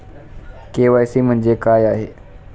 KYC म्हणजे काय आहे?